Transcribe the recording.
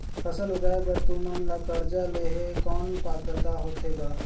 फसल उगाय बर तू मन ला कर्जा लेहे कौन पात्रता होथे ग?